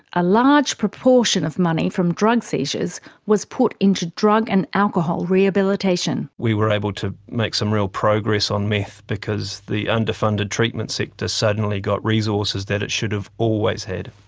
a large proportion of money from drug seizures was put into drug and alcohol rehabilitation. we were able to make some real progress on meth because the underfunded treatment sector suddenly got resources that it should've always had.